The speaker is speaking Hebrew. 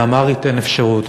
באמהרית אין אפשרות.